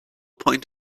point